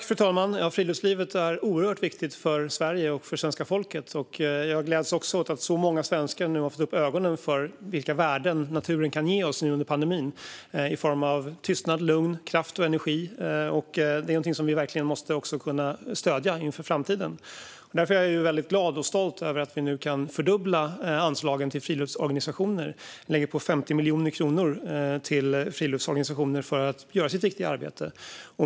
Fru talman! Ja, friluftslivet är oerhört viktigt för Sverige och för svenska folket. Jag gläds också åt att så många svenskar har fått upp ögonen för vilka värden naturen kan ge oss nu under pandemin i form av tystnad, lugn, kraft och energi. Det är något som vi verkligen måste stödja inför framtiden. Därför är jag väldigt glad och stolt över att vi nu kan fördubbla anslagen till friluftsorganisationer. Vi lägger på 50 miljoner kronor till friluftsorganisationer för att de ska kunna göra sitt viktiga arbete.